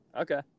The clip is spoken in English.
Okay